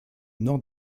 nord